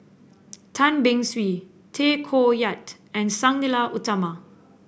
Tan Beng Swee Tay Koh Yat and Sang Nila Utama